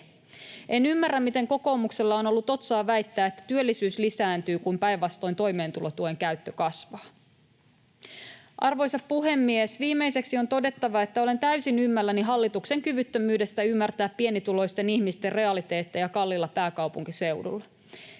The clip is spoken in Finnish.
En ymmärrä, miten kokoomuksella on ollut otsaa väittää, että työllisyys lisääntyy, kun päinvastoin toimeentulotuen käyttö kasvaa. Arvoisa puhemies! Viimeiseksi on todettava, että olen täysin ymmälläni hallituksen kyvyttömyydestä ymmärtää pienituloisten ihmisten realiteetteja kalliilla pääkaupunkiseudulla.